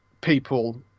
people